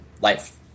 life